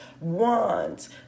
wands